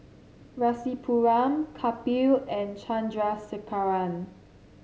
Rasipuram Kapil and Chandrasekaran